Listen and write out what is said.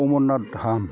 Amarnath Dham